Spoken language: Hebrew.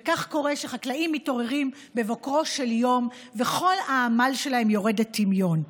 וכך קורה שחקלאים מתעוררים בבוקרו של יום וכל העמל שלהם יורד לטמיון.